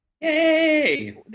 Yay